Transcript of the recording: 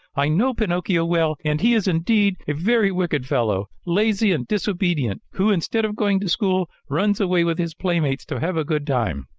i know pinocchio well and he is indeed a very wicked fellow, lazy and disobedient, who instead of going to school, runs away with his playmates to have a good time